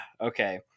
okay